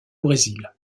brésil